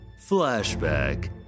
flashback